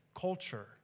culture